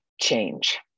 change